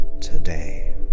today